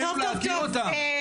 חובתנו להכיר אותם.